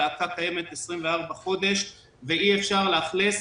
הלהקה קיימת 24 חודשים ואי אפשר לאכלס,